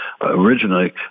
originally